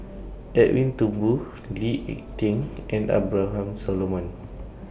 Edwin Thumboo Lee Ek Tieng and Abraham Solomon